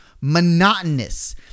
monotonous